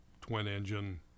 twin-engine